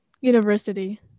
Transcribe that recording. University